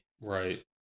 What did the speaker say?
Right